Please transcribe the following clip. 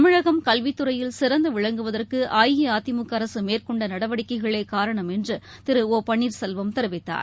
தமிழகம் கல்வித்துறையில் சிறந்துவிளங்குவதற்குஅஇஅதிமுகஅரசுமேற்கொண்டநடவடிக்கைகளேகாரணம் என்றுதிருஒபன்னீர்செல்வம் தெரிவித்தார்